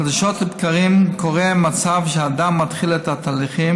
חדשות לבקרים קורה מצב שאדם מתחיל את התהליכים